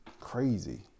crazy